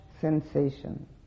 sensation